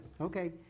Okay